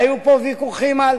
והיו פה ויכוחים על